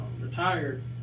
retired